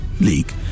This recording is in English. League